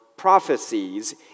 prophecies